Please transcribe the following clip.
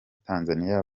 tanzaniya